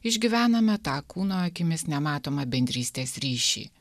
išgyvename tą kūno akimis nematomą bendrystės ryšį